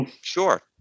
sure